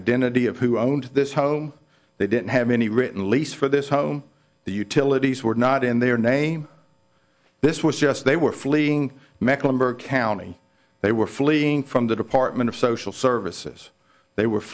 identity of who owned this home they didn't have any written lease for this home the utilities were not in their name this was just they were fleeing mecklenburg county they were fleeing from the department of social services they were